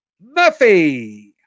Murphy